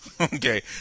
Okay